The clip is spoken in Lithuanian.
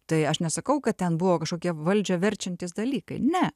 tai aš nesakau kad ten buvo kažkokie valdžią verčiantys dalykai ne